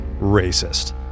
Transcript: racist